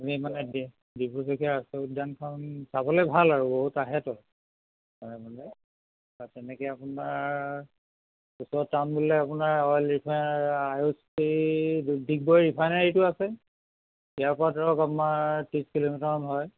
আমি মানে ডিব্ৰু চৈখোৱা ৰাষ্ট্ৰীয় উদ্যানখন চাবলৈ ভাল আৰু বহুত আহে ত' তাৰমানে ত' তেনেকৈ আপোনাৰ ডিগবৈ ৰিফাইনেৰীটো আছে ইয়াৰ পা ধৰক আমাৰ ত্ৰিছ কিলোমিটাৰমান হয়